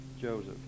Joseph